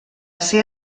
ser